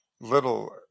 little